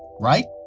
right?